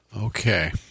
Okay